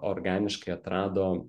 organiškai atrado